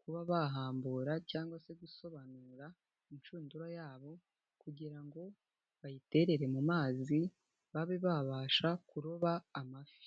kuba bahambura cyangwa se gusobanura inshundura yabo kugira ngo bayiterere mu mazi babe babasha kuroba amafi.